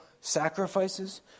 sacrifices